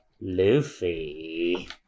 Luffy